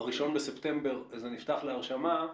שב-1 בספטמבר זה נפתח להרשמה,